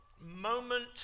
moment